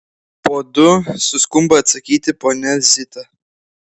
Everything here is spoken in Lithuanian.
po du suskumba atsakyti ponia zita